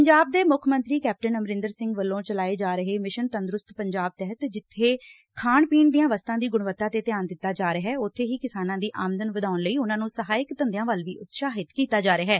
ਪੰਜਾਬ ਦੇ ਮੁੱਖ ਮੰਤਰੀ ਕੈਪਟਨ ਅਮਰਿੰਦਰ ਸਿੰਘ ਵੱਲੋ ਚਲਾਏ ਜਾ ਰਹੇ ਮਿਸ਼ਨ ਤੰਦਰੁਸਤ ਪੰਜਾਬ ਤਹਿਤ ਜਿੱਬੇ ਖਾਣ ਪੀਣ ਦੀਆਂ ਵਸਤਾਂ ਦੀ ਗੁਣਵੱਤਾ 'ਤੇ ਧਿਆਨ ਦਿੱਤਾ ਜਾ ਰਿਹਾ ਹੈ ਉਬੇ ਹੀ ਕਿਸਾਨਾਂ ਦੀ ਆਮਦਨ ਵਧਾਉਣ ਲਈ ਉਹਨਾਂ ਨੂੰ ਸਹਾਇਕ ਧੰਦਿਆਂ ਵੱਲ ਵੀ ਉਤਸ਼ਾਹਿਤ ਕੀਤਾ ਜਾ ਰਿਹਾ ਹੈ